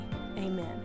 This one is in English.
amen